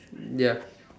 ya